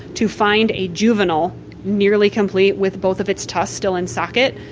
to find a juvenile nearly complete, with both of its tusks still in socket,